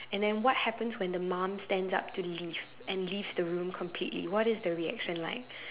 and then what happens when the mum stands up to leave and leave the room completely what is the reaction like